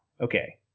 okay